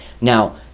Now